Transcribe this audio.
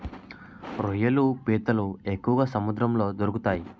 రొయ్యలు పీతలు ఎక్కువగా సముద్రంలో దొరుకుతాయి